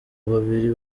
babiri